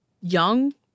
young